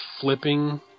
flipping